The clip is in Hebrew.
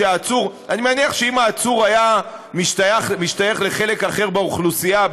אני מניח שאם העצור היה משתייך לחלק אחר באוכלוסייה,